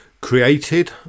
created